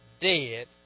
dead